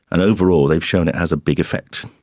and overall they've shown it has a big effect.